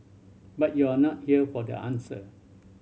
but you're not here for the answer